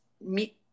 meet